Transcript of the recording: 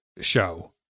show